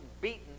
beaten